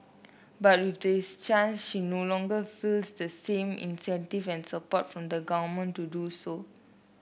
but with this change she no longer feels the same incentive and support from the government to do so